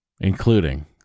including